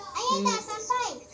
mm